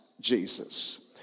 Jesus